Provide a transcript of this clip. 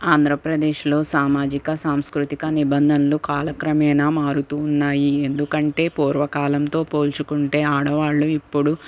ఆంధ్రప్రదేశ్లో సామాజిక సాంస్కృతిక నిబంధనలు కాలక్రమేనా మారుతూ ఉన్నాయి ఎందుకంటే పూర్వకాలంతో పోల్చుకుంటే ఆడవాళ్లు ఇప్పుడు